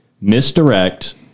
misdirect